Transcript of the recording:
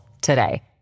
today